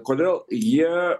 kodėl jie